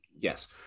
Yes